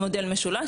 זה מודל משולש,